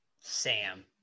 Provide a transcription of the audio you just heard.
Sam